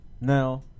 Now